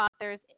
authors